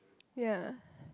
ya